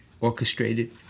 orchestrated